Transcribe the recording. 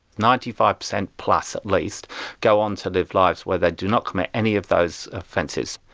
ninety five percent plus at least go on to live lives where they do not commit any of those offences.